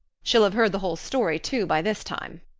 she'll have heard the whole story, too, by this time.